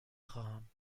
خواهم